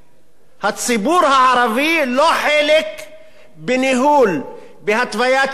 הציבור הערבי אינו חלק בניהול, בהתוויית מדיניות,